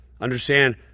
Understand